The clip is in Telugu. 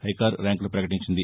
ఐకార్ ర్యాంకులు ప్రపకటించింది